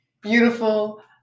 beautiful